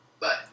Bye